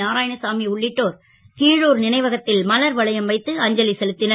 நாராயணசாமி உள்ளிட்டோர் கிழுர் னைவகத் ல் மலர் வளையம் வைத்து அஞ்சலி செலுத் னர்